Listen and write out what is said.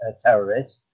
terrorists